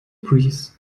breeze